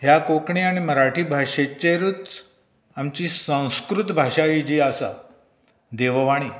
ह्या कोंकणी आनी मराठी भाशेचेरूच आमची संस्कृत भाशा ही जी आसा देववाणी